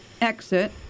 exit